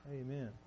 Amen